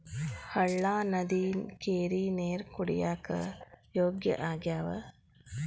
ಹಳ್ಳಾ ನದಿ ಕೆರಿ ನೇರ ಕುಡಿಯಾಕ ಯೋಗ್ಯ ಆಗ್ಯಾವ